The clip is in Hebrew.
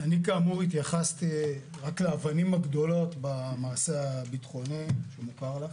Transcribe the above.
אני כאמור התייחסתי רק לאבנים הגדולות במעשה הביטחוני שמוכר לך.